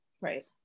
right